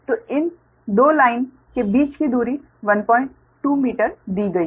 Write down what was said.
तो इन 2 लाइन के बीच की दूरी 12 मीटर दी गई है